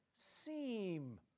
seem